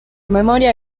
memoria